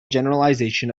generalization